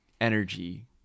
energy